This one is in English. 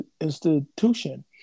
institution